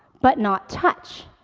but not touch.